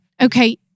okay